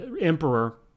emperor